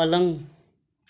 पलङ